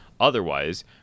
Otherwise